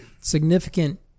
significant